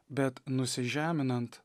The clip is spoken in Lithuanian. bet nusižeminant